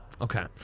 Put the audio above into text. okay